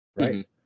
right